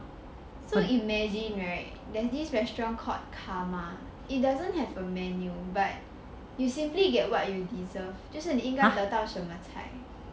so imagine right there's this restaurant called karma it doesn't have a menu but you simply get what you deserve 就是你应该得到什么菜 supersedes a counter 是怎么怎么做的呢